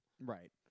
Right